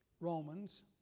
Romans